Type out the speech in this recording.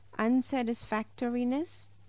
unsatisfactoriness